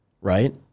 right